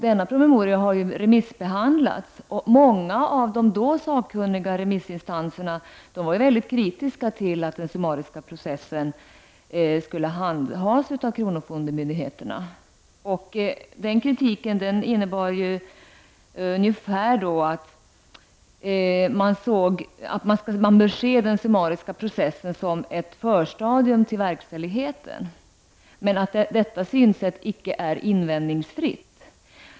Denna promemoria har remissbehandlats. Många av de sakunniga remissinstanserna var kritiska till att den summariska processen skulle handhas av kronofogdemyndigheterna. Kritiken innebär att man bör se den summariska processen som ett förstadium till verkställigheten — men detta synsätt är icke invändningsfritt.